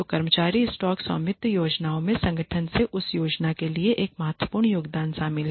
तो कर्मचारी स्टॉक स्वामित्व योजना में संगठन से उस योजना के लिए एक महत्वपूर्ण योगदान शामिल है